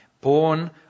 born